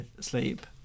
sleep